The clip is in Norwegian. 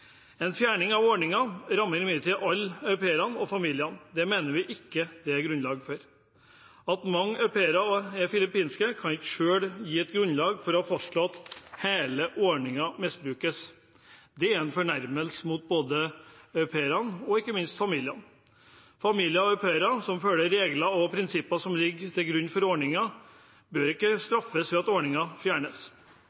En fjerning av ordningen rammer imidlertid alle au pairene og familiene. Det mener vi det ikke er grunnlag for. At mange au pairer er filippinske, kan ikke i seg selv gi grunnlag for å fastslå at hele ordningen misbrukes. Det er en fornærmelse mot både au pairene og, ikke minst, familiene. Familier og au pairer som følger regler og prinsipper som ligger til grunn for ordningen, bør ikke